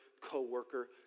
coworker